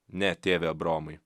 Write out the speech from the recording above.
ne tėve abraomai